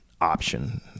option